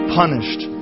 punished